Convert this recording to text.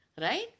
right